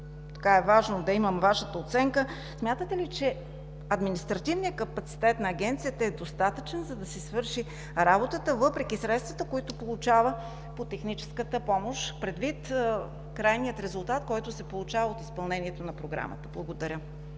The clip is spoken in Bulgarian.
също е важно да имам Вашата оценка: смятате ли, че административният капацитет на Агенцията е достатъчен, за да си свърши работата въпреки средствата, които получава по техническата помощ, предвид крайния резултат, който се получава от изпълнението на Програмата? Благодаря.